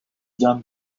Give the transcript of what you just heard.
done